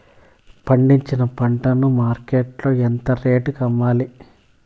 పండించిన పంట ను మార్కెట్ లో ఎంత రేటుకి అమ్మాలి?